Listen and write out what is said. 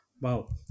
Wow